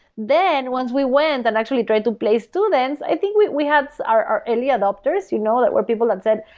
then once we went and actually tried to place students, i think we we had our our early adopters you know that were people that said,